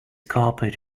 carpet